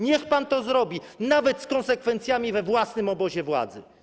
Niech pan to zrobi, nawet z konsekwencjami we własnym obozie władzy.